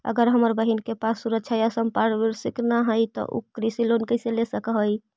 अगर हमर बहिन के पास सुरक्षा या संपार्श्विक ना हई त उ कृषि लोन कईसे ले सक हई?